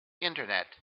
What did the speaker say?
internet